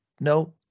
No